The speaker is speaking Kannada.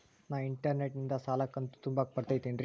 ನಾ ಇಂಟರ್ನೆಟ್ ನಿಂದ ಸಾಲದ ಕಂತು ತುಂಬಾಕ್ ಬರತೈತೇನ್ರೇ?